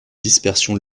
dispersion